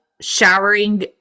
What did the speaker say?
showering